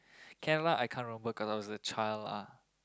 can lah I can't remember cause I was a child lah